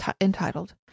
Entitled